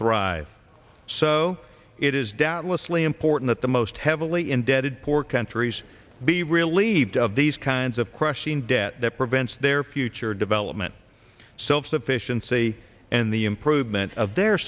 thrive so it is doubtlessly important that the most heavily indebted poor countries be relieved of these kinds of crushing debt that prevents their future development self sufficiency and the improvement of their